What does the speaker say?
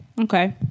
Okay